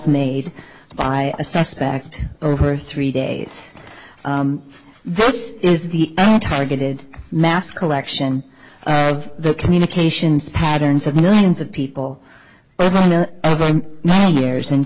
made by a suspect over three days this is the targeted mass collection of the communications patterns of millions of people i know many years and